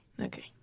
Okay